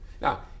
Now